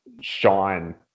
shine